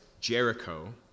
Jericho